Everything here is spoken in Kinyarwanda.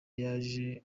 yaje